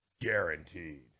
guaranteed